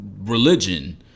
religion